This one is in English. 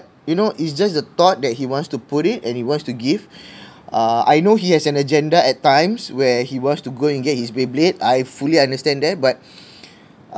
you know it's just the thought that he wants to put it and he wants to give uh I know he has an agenda at times where he wants to go and get his beyblade I fully understand that but